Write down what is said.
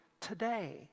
today